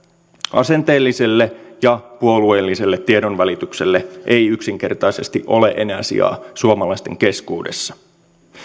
asenteelliselle ja puolueelliselle tiedonvälitykselle ei yksinkertaisesti ole enää sijaa suomalaisten keskuudessa